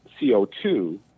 CO2